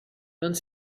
vingt